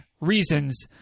reasons